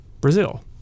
Brazil